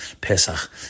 Pesach